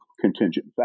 contingent